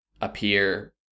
appear